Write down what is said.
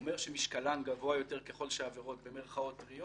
הוא אומר שמשקלן גבוה יותר ככל שהעבירות "טריות",